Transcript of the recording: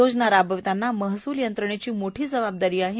योजना राबविताना महसूल यंत्रणेची मोठी जबाबदारी आहे